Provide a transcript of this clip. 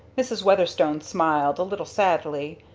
mrs. weatherstone smiled, a little sadly.